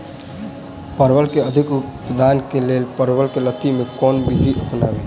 परवल केँ अधिक उत्पादन केँ लेल परवल केँ लती मे केँ कुन विधि अपनाबी?